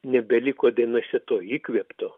nebeliko dainose to įkvėpto